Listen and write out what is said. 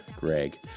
Greg